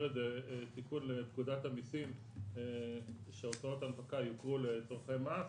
תיקון לפקודת המיסים שהוצאות הנפקה יוכרו לצורכי מס.